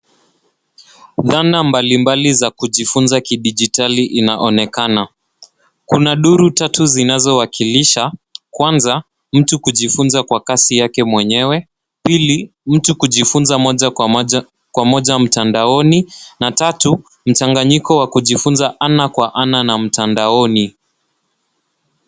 Zana mbalimbali za kujifunza kidigitali inaonekana. Kuna duru tatu zinazowakilisha, kwanza, mtu anajifunza kwa kasi yake mwenyewe. Pili, mtu kujifunza moja kwa moja mtandaoni. Na tatu, mchanganyiko wa kujifunza ana kwa ana na mtandaoni.